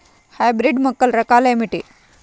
Hybrid మొక్కల రకాలు ఏమిటి?